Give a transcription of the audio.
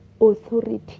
authority